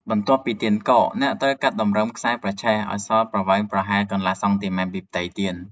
បន្ទាប់ពីទៀនកក អ្នកត្រូវកាត់តម្រឹមខ្សែប្រឆេះឱ្យនៅសល់ប្រវែងប្រហែលកន្លះសង់ទីម៉ែត្រពីផ្ទៃទៀន។